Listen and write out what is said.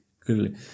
clearly